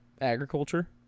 Agriculture